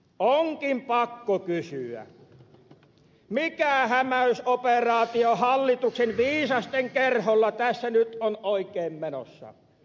onkin pakko kysyä mikä hämäysoperaatio hallituksen viisasten kerholla tässä nyt on oikein menossa